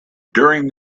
during